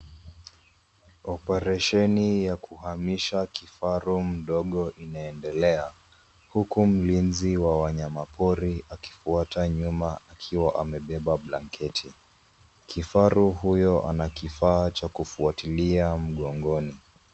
Oparesheni ya kuhamisha kifaru mdogo inaendelea, huku mlinzi wa wanyamapori akifuata nyuma akiwa amebeba blanketi. Kifaru huyo ana kifaa cha kufuatilia mgongoni.